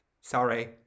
Sorry